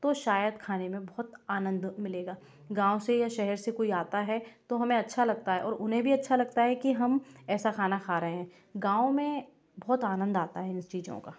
तो शायद खाने में बहुत आनंद मिलेगा गाँव से या शहर से कोई आता है तो हमें अच्छा लगता है और उन्हें भी अच्छा लगता है कि हम ऐसा खाना खा रहें हैं गाँव में बहुत आनंद आता है इन चीज़ों का